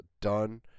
done